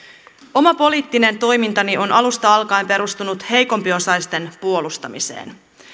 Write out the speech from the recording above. oma poliittinen toimintani on alusta alkaen perustunut heikompiosaisten puolustamiseen